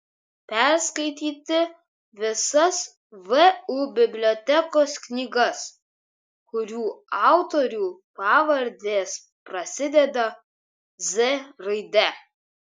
perskaityti visas vu bibliotekos knygas kurių autorių pavardės prasideda z raide